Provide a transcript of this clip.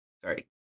sorry